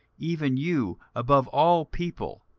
even you above all people,